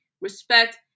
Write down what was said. respect